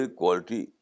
quality